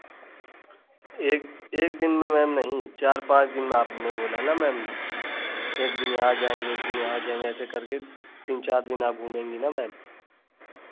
एक एक दिन में मैम नहीं चार पाँच दिन में आपने बोला ना मैम एक दिन यहाँ जाएँगी एक दिन वहाँ जाएँगी ऐसे करके तीन चार दिन आप घूमेंगी ना मैम